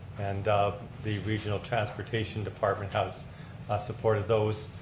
and the regional transportation department has supported those,